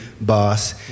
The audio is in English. boss